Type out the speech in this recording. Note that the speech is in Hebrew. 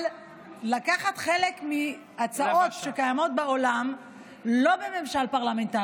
אבל לקחת חלק מהצעות שקיימות בעולם לא בממשל פרלמנטרי,